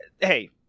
hey